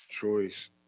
choice